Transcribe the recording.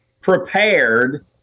prepared